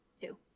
Two